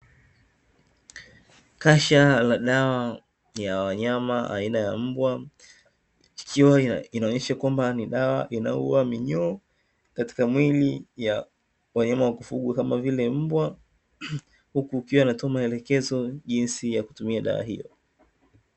Kasha la dawa ya wanyama aina ya mbwa inaonyesha kwamba ni dawa inaua minyoo katika mwili ya wanyama wa kufugwa, kama vile mbwa huku ukiwa ikiwainatoa maelekezo jinsi ya kutumia dawa hiyo.